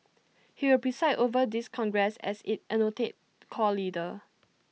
he will preside over this congress as its anointed core leader